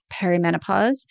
perimenopause